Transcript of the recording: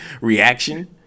reaction